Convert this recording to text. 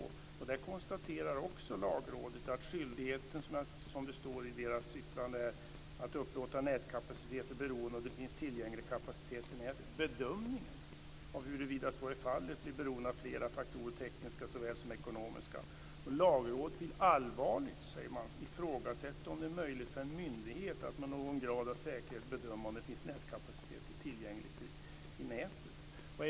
Också där konstaterar Lagrådet att skyldigheten - som det står i yttrandet - att upplåta nätkapacitet är beroende av om det finns tillgänglig kapacitet i nätet. Bedömningen av huruvida så är fallet är beroende av flera faktorer, tekniska såväl som ekonomiska. Lagrådet vill allvarligt, säger man, ifrågasätta om det är möjligt för en myndighet att med någon grad av säkerhet bedöma om det finns nätkapacitet tillgängligt i nätet.